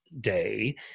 day